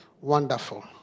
Wonderful